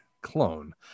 clone